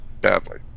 Badly